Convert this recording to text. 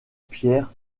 pierre